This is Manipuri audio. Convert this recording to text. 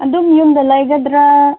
ꯑꯗꯨꯝ ꯌꯨꯝꯗ ꯂꯩꯒꯗ꯭ꯔꯥ